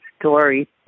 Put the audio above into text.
story